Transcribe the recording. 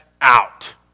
out